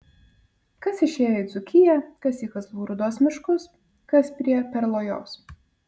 kas išėjo į dzūkiją kas į kazlų rūdos miškus kas prie perlojos